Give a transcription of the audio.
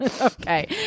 okay